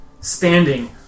standing